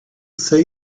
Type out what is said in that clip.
say